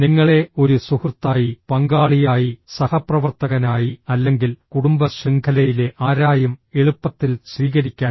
നിങ്ങളെ ഒരു സുഹൃത്തായി പങ്കാളിയായി സഹപ്രവർത്തകനായി അല്ലെങ്കിൽ കുടുംബ ശൃംഖലയിലെ ആരായും എളുപ്പത്തിൽ സ്വീകരിക്കാൻ